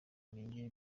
ninjye